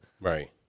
Right